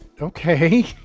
Okay